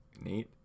neat